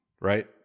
right